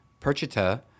Perchita